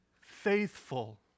faithful